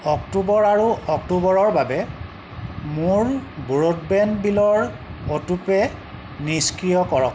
অক্টোবৰ আৰু অক্টোবৰৰ বাবে মোৰ ব্ৰডবেণ্ড বিলৰ অটোপে' নিষ্ক্ৰিয় কৰক